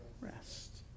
rest